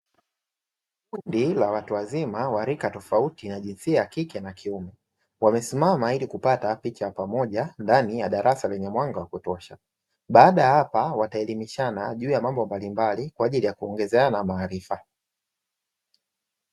Kundi la watu wazima wa rika tofauti wa jinsia ya kike na kiume, wamesimama ili kupata picha ya pamoja, ndani ya darasa lenye mwanga wa kutosha, baada ya hapa wao wataelimishana juu ya mambo mbalimbali na kuongezeana maarifa.